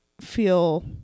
feel